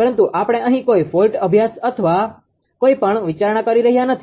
પરંતુ આપણે અહીં કોઈ ફોલ્ટ અભ્યાસ અથવા કંઇપણ વિચારણા કરી રહ્યા નથી